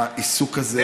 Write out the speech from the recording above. העיסוק הזה,